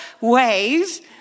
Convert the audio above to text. ways